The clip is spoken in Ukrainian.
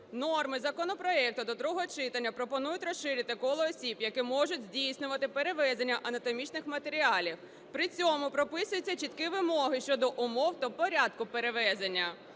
Норми законопроекту до другого читання пропонують розширити коло осіб, які можуть здійснювати перевезення анатомічних матеріалів. При цьому прописуються чіткі вимоги щодо умов та порядку перевезення